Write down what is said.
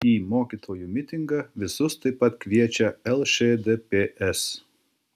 į mokytojų mitingą visus taip pat kviečia lšdps